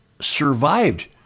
survived